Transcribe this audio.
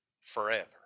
forever